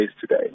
today